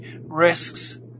risks